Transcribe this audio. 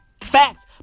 Facts